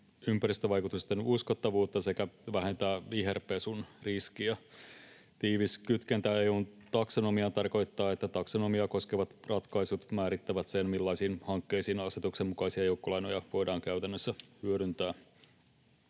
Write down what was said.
ympäristövaikutusten uskottavuutta sekä vähentää viherpesun riskiä. Tiivis kytkentä EU:n taksonomiaan tarkoittaa, että taksonomiaa koskevat ratkaisut määrittävät sen, millaisiin hankkeisiin asetuksen mukaisia joukkolainoja voidaan käytännössä hyödyntää.